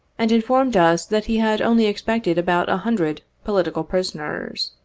and informed us that he had only expected about a hundred political prisoners.